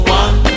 one